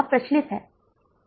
तो उत्तर क्या है